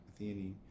Theanine